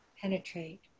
penetrate